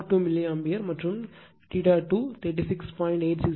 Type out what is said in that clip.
42 milli ampere மற்றும் 2 36